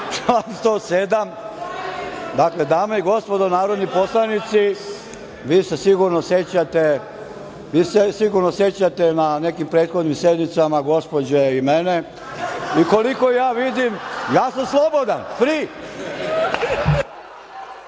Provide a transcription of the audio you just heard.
107.Dakle, Dame i gospodo narodni poslanici, vi se sigurno sećate na nekim prethodnim sednicama gospođe i mene i koliko ja vidim, ja sam slobodan. Free.